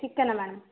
ठीक है ना मैम